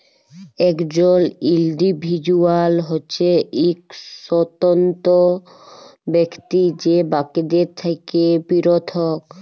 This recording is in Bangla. একজল ইল্ডিভিজুয়াল হছে ইক স্বতন্ত্র ব্যক্তি যে বাকিদের থ্যাকে পিরথক